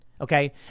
Okay